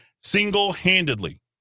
single-handedly